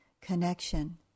connection